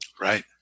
Right